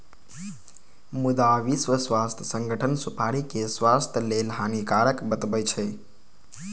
मुदा विश्व स्वास्थ्य संगठन सुपारी कें स्वास्थ्य लेल हानिकारक बतबै छै